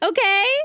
Okay